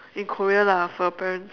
in Korea lah for your parents